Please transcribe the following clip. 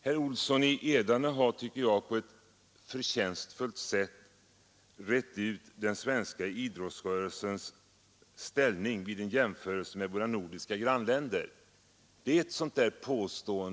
Herr Olsson i Edane har, tycker jag, på ett förtjänstfullt sätt rett ut den svenska idrottsrörelsens ställning vid en jämförelse med våra nordiska grannländer.